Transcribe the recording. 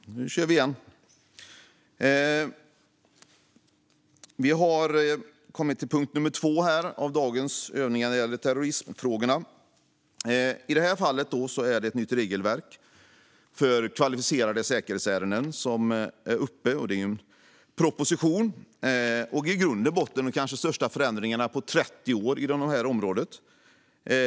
Fru talman! Nu kör vi igen! Vi har kommit till punkt nummer 2 i dagens övningar gällande terrorismfrågorna. I detta fall handlar det om ett nytt regelverk för kvalificerade säkerhetsärenden; det är en proposition. Det rör sig i grunden och botten om de kanske största förändringarna på 30 år på detta område.